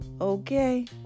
Okay